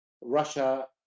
Russia